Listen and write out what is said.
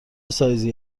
سایزی